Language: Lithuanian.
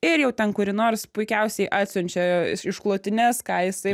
ir jau ten kuri nors puikiausiai atsiunčia išklotines ką jisai